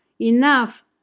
Enough